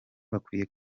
bakwiye